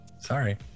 Sorry